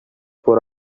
for